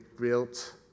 built